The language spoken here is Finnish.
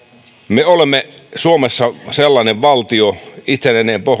me olemme suomessa sellainen valtio itsenäinen